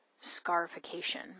scarification